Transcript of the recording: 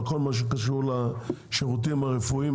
בכל מה שקשור לשירותים הרפואיים,